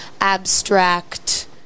abstract